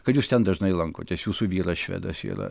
kad jūs ten dažnai lankotės jūsų vyras švedas yra